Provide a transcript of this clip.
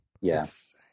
Yes